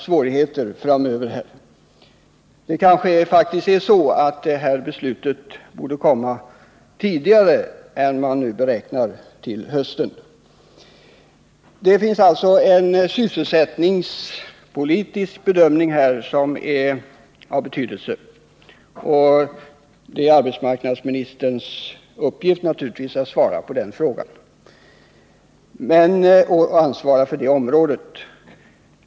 Beslutet från AMS kanske t.o.m. borde komma tidigare än man nu beräknar — till hösten. Den sysselsättningspolitiska bedömningen är alltså av stor betydelse, och det är naturligtvis arbetsmarknadsministern som ansvarar för det området.